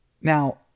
Now